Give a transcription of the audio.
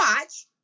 watch